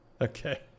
okay